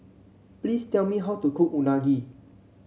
please tell me how to cook Unagi